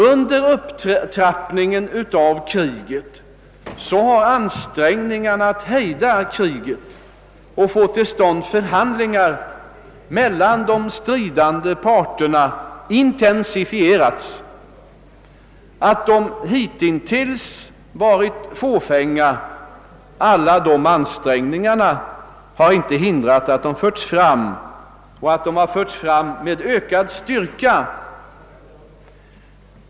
Under upptrappningen har ansträngningarna att hejda kriget och få till stånd förhandlingar mellan de stridande parterna intensifierats. Att alla dessa ansträngningar hittills varit fåfänga har inte hindrat att de förts fram med ökad styrka.